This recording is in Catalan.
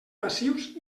passius